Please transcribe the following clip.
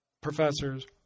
professors